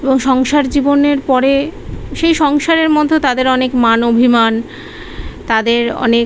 এবং সংসার জীবনের পরে সেই সংসারের মধ্যে তাদের অনেক মান অভিমান তাদের অনেক